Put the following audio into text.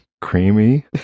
Creamy